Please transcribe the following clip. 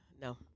No